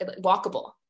walkable